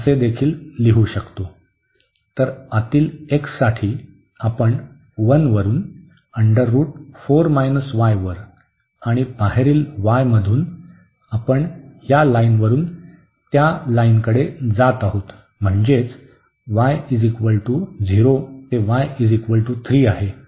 तर आतील x साठी आपण 1 वरून वर आणि बाहेरील y मधून आपण या लाईनवरून त्या लाईनकडे जात आहोत म्हणजेच y 0 ते y 3 आहे